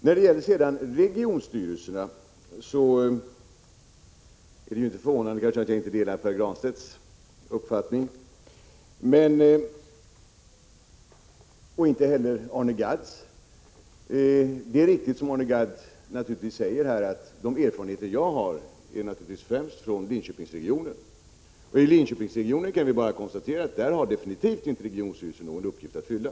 När det sedan gäller regionstyrelserna vill jag säga att jag kanske inte delar Pär Granstedts eller Arne Gadds uppfattning. Men vad Arne Gadd här säger är naturligtvis riktigt, nämligen att jag främst har erfarenheter från Linköpingsregionen. Vii Linköpingsregionen kan bara konstatera att regionstyrelsen där definitivt inte har någon uppgift att fylla.